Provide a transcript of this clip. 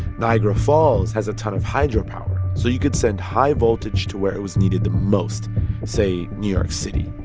niagara falls has a ton of hydropower, so you could send high voltage to where it was needed the most say, new york city.